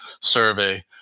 survey